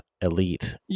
Elite